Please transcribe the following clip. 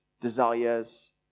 desires